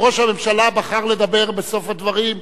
ראש הממשלה בחר לדבר בסוף הדברים,